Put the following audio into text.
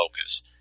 focus